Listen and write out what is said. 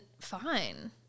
fine